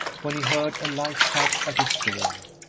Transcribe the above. when he heard a light tap at his door,